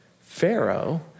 Pharaoh